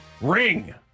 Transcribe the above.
Ring